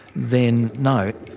then no.